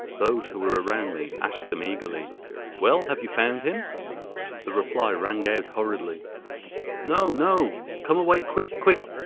those who were around me asked them eagerly well, have you found him the reply rang out hurriedly no! no! come away quick quick!